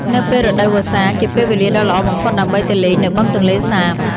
នៅពេលរដូវវស្សា ជាពេលវេលាដ៏ល្អបំផុតដើម្បីទៅលេងនៅបឹងទន្លេសាប។